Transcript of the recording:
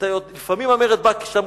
לפעמים המרד בא כשאתה